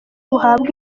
buhabwa